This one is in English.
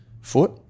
foot